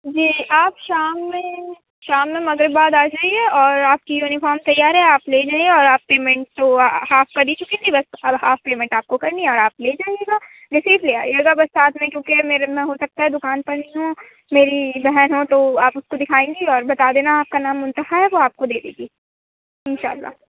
جی آپ شام میں شام میں مغرب بعد آ جائیے اور آپ کی یونیفارم تیار ہے آپ لے جائیے اور کی پیمنٹ تو ہاف کر ہی چکی تھیں بس اور ہاف پیمنٹ آپ کو کرنی ہے اور آپ لے جائیے گا رسید لے آئیے گا بس ساتھ میں کیونکہ میرے میں ہو سکتا ہے دُکان پر ہی نہ ہوں میری بہن ہو تو آپ اُس کو دکھائیں گی اور بتا دینا آپ کا نام منتہا ہے وہ آپ کو دے دے گی اِنشاء اللہ